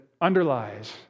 underlies